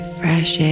fresh